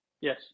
Yes